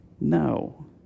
No